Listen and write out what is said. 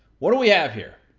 what do we have here?